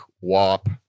wap